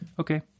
Okay